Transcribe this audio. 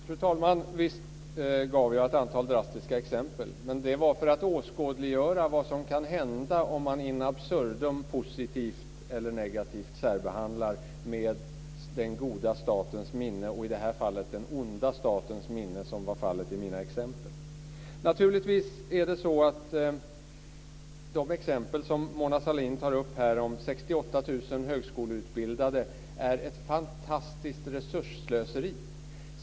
Fru talman! Visst gav jag ett antal drastiska exempel. Det var för att åskådliggöra vad som kan hända om man in absurdum positivt eller negativt särbehandlar med den goda statens minne - eller den onda statens minne i mina exempel. Det exempel Mona Sahlin tar upp om 68 000 högskoleutbildade är naturligtvis ett fantastiskt resursslöseri.